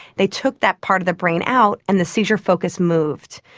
they took that part of the brain out and the seizure focus moved.